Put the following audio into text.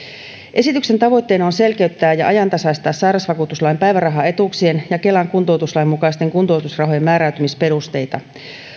esityksen tavoitteena on selkeyttää ja ajantasaistaa sairausvakuutuslain päivärahaetuuksien ja kelan kuntoutuslain mukaisten kuntoutusrahojen määräytymisperusteita